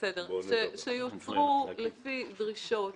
שיוצרו לפי דרישות